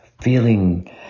feeling